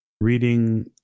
reading